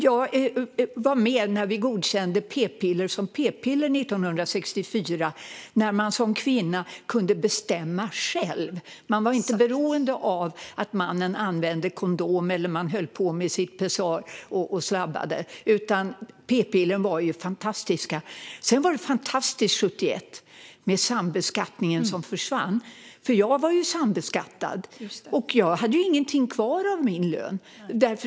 Jag var med när vi godkände p-piller som p-piller 1964, när man som kvinna kunde bestämma själv. Man var inte beroende av att mannen använde kondom och behövde inte hålla på och slabba med sitt pessar. P-pillren var fantastiska. Sedan var det fantastiskt när sambeskattningen försvann 1971. Jag var sambeskattad, och jag hade ingenting kvar av min lön.